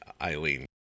Eileen